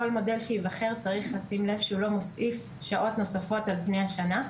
צריך לשים לב שכל מודל שייבחר לא מוסיף שעות נוספות על פני השנה.